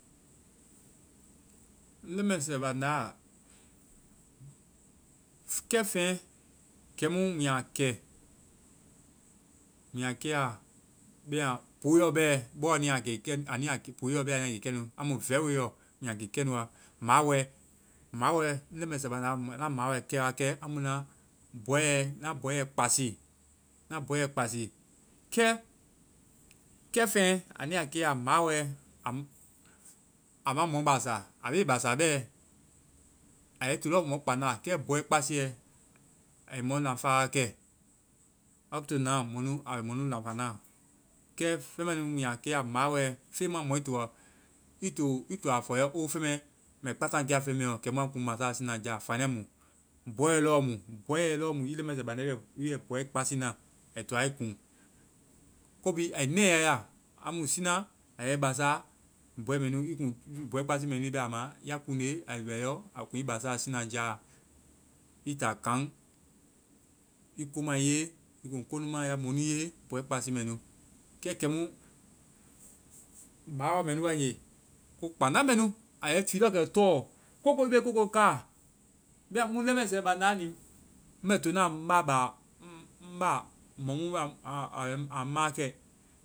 Ŋ leŋmɛsɛ bandáa, kɛfeŋ kɛmu mu ya kɛ, mu ya keya-bɛma pooeɔ bɛ anu ya ke kɛ-pooeɔ bɛ anu ya ke kɛnu. Amu vɛi woe yɔ. Anu ya ke kɛnu wa. Mawɔɛ marble game. Mawɔɛ! Ŋ leŋmɛsɛ bandáa, na mawɔɛ kɛ wa kɛ amu na-na bɔyɛ football kpasii. Na bɔyɛ football kpasii. Kɛ kɛfeŋ, anu ya keya mawɔɛ, am-ama mɔ basa. A be i basa bɛ. A yɛ i tii lɔɔ mɔkpanda. Kɛ bɔɔ kpasiiɛ ai mɔ nafa wa kɛ. up to now mɔnu-a bɛ mɔnu nafa na. Kɛ feŋ mɛ nu mu ya ke ya mawɔɛ, feŋ ma mɔi to-i to a fɔ i yɔ o, feŋ mɛ, mɛ kpasaŋ kɛa feŋ ɛ lɔ kɛmu a kuŋ ŋ basa siinajaa. Fania mu. Bɔɛ lɔɔ mu. Bɔɛ lɔɔ mu. I leŋ mɛsɛ bandáa i bɛ bɔɛ kpasii na ai toa i kuŋ. ko bii, ai nɛya i ya. Amu siina a yɛ i basa, bɔɛ mɛ nu, i kuŋ. Bɔɛ kpasii mɛ nu i bɛ a ma, ya kuŋnde a bɛ i yɔ a kuŋ i basa siinajaa. I taa kaŋ, i ko ma i ye, i kuŋ konu maã ya mɔnu ye, bɔɛ kpasii mɛ nu. Kɛ kɛmu mawɔ mɛnu wae nge, ko kpánda mɛ nu. I yɛi tii lɔɔ kɛ tɔ. Kooko! I be kooko káa. Bɛma ŋ leŋmɛsɛ bandáa ni, ŋ bɛ tona ŋ ba ba. Ŋ ba. mɔ mu a ŋ máakɛ.